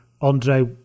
Andre